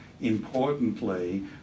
importantly